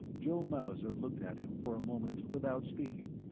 joe mauser looked at him for a moment without speaking.